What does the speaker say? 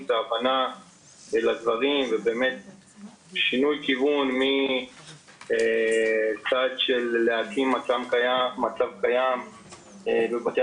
והבנה לדברים ושינוי כיוון מצד של להקים מצב קיים בבתי